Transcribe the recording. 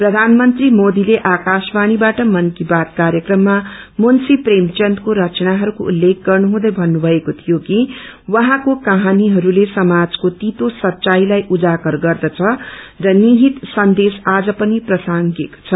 प्रधानयन्त्री मोदीले आकाशवाणीवाट मन की बात कार्यक्रममा मुन्शी प्रेयवन्दको रचनाहरूको उत्लेख गर्नुहुँदै भन्नुभएको थियो कि उहाँको कझनीहरूले समाजको तितो सच्चाईलाई उजागर गर्दछ र निहित सन्देश आज पनि प्रासंगिक छ